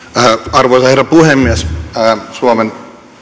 arvoisa herra puhemies suomen